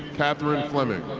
katherine fleming